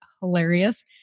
hilarious